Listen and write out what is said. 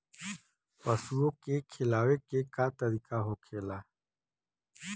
पशुओं के खिलावे के का तरीका होखेला?